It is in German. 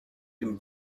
dem